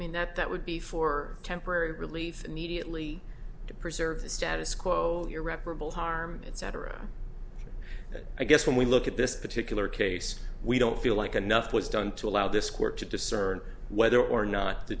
mean that that would be for temporary relief immediately to preserve the status quo irreparable harm and cetera i guess when we look at this particular case we don't feel like a nothing was done to allow this court to discern whether or not the